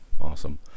Awesome